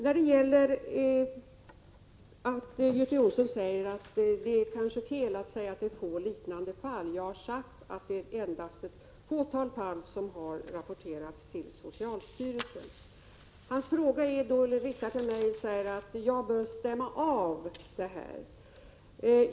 Sedan till Göte Jonssons uttalande om att det kanske är fel att säga att det finns få liknande fall. Jag har sagt att det endast är ett fåtal fall som har rapporterats till socialstyrelsen. Göte Jonsson riktar uppmaningen till mig att stämma av detta.